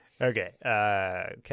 Okay